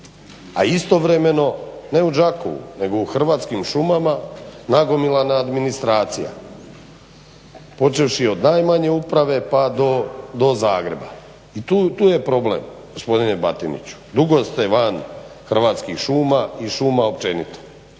A istovremeno, ne u Đakovu nego u Hrvatskim šumama nagomilana je administracija, počevši od najmanje uprave pa do Zagreba i tu je problem gospodine Batinić. Dugo ste van Hrvatskih šuma i šuma općenito,